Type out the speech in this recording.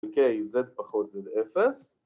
‫אוקיי, Z פחות Z אפס.